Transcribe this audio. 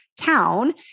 town